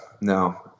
no